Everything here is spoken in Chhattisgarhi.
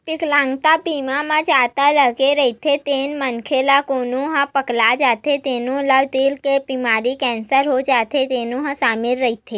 बिकलांगता बीमा म जादा लागे रहिथे तेन मनखे ला कोनो ह पगला जाथे तेनो ला दिल के बेमारी, केंसर हो जाथे तेनो ह सामिल रहिथे